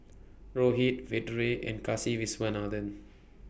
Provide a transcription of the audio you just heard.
Rohit Vedre and Kasiviswanathan